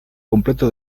completo